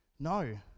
No